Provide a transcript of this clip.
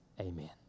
amen